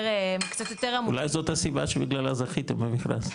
--- אולי זאת הסיבה שבגללה זכיתם במכרז.